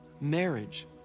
Marriage